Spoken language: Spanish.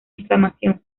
inflamación